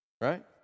right